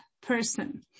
person